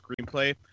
screenplay